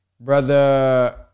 brother